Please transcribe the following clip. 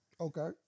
Okay